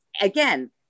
again